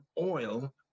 oil